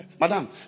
Madam